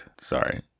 Sorry